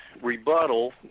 rebuttal